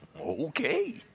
okay